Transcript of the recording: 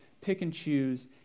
pick-and-choose